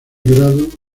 grado